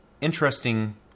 interesting